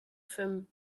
from